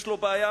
יש לו בעיה.